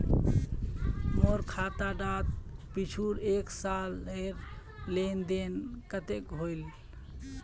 मोर खाता डात पिछुर एक सालेर लेन देन कतेक होइए?